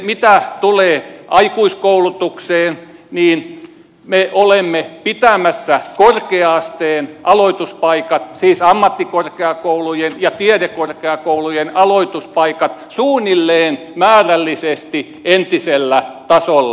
mitä tule aikuiskoulutukseen me olemme pitämässä korkea asteen aloituspaikat siis ammattikorkeakoulujen ja tiedekorkeakoulujen aloituspaikat määrällisesti suunnilleen entisellä tasolla